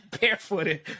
barefooted